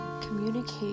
communicate